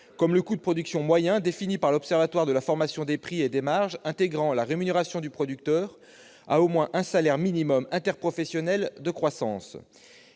comme le coût de production moyen défini par l'Observatoire de la formation des prix et des marges intégrant la rémunération du producteur à au moins un salaire minimum interprofessionnel de croissance.